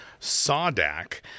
sodak